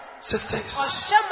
Sisters